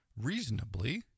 reasonably